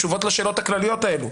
תשובות לשאלות הכלליות הללו.